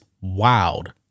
wild